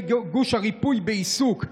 הגוש, ראשי גוש הריפוי בעיסוק?